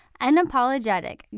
Unapologetic